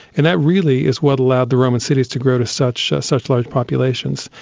and that really is what allowed the roman cities to grow to such such large populations.